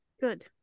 good